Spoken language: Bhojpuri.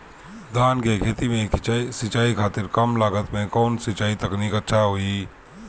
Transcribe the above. धान के खेती में सिंचाई खातिर कम लागत में कउन सिंचाई तकनीक अच्छा होई?